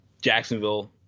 Jacksonville